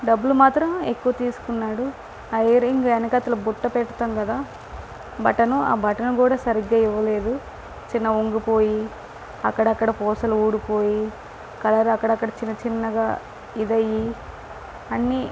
డబ్బులు మాత్రం ఎక్కువ తీసుకున్నాడు ఆ ఇయర్ రింగ్ ఎనకాతల బుట్ట పెడతాం కదా బటన్ ఆ బటన్ కూడా సరిగ్గా ఇవ్వలేదు చిన్న వంగిపోయి అక్కడక్కడ పూసలు ఊడిపోయి కలర్ అక్కడక్కడ చిన్న చిన్నగా ఇదయ్యి అన్ని